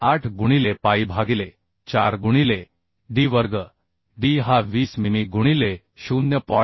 78 गुणिले पाई भागिले 4 गुणिले d वर्ग d हा 20 मिमी गुणिले 0